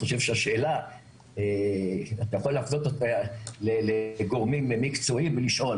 אני חושב שהשאלה אתה יכול להפנות אותה לגורמים מקצועיים ולשאול.